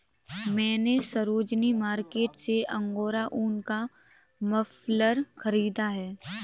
मैने सरोजिनी मार्केट से अंगोरा ऊन का मफलर खरीदा है